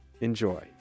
Enjoy